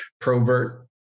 Probert